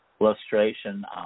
illustration